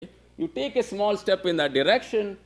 To take a small step in the direction